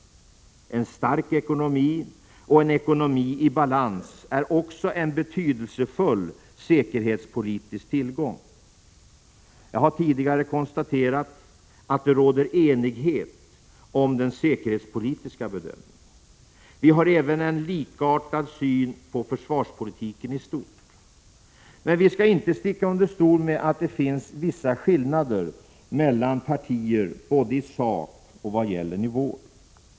En stark ekonomi och en ekonomi i balans är också en betydelsefull säkerhetspolitisk tillgång. Jag har tidigare konstaterat att det råder enighet om den säkerhetspolitiska bedömningen. Vi har även en likartad syn på försvarspolitiken i stort. Men vi skall inte sticka under stol med att det finns vissa skillnader mellan partierna, både i sak och vad gäller nivåer.